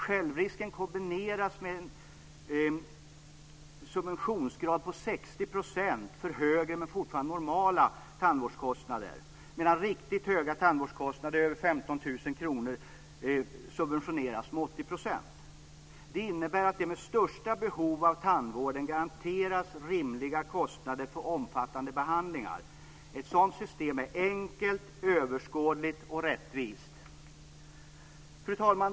Självrisken kombineras med en subventionsgrad på 60 % för högre men fortfarande normala tandvårdskostnader. Riktigt höga tandvårdskostnader, över 15 000 kr, subventioneras med 80 %. Det innebär att de med störst behov av tandvård garanteras rimliga kostnader för omfattande behandlingar. Ett sådant system är enkelt, överskådligt och rättvist. Fru talman!